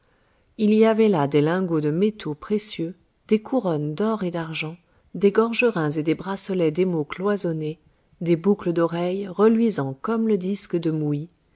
il y avait là des lingots de métaux précieux des couronnes d'or et d'argent des gorgerins et des bracelets d'émaux cloisonnés des boucles d'oreilles reluisant comme le disque de moui